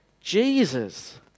Jesus